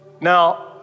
Now